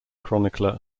chronicler